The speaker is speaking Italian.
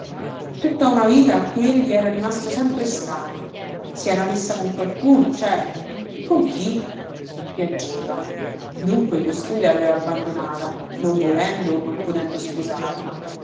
tutta una vita a cui egli era rimasto sempre estraneo si era messa con qualcuno certo con chi piangeva dunque costui laveva abbandonata non volendo o non potendo sposarla